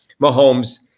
Mahomes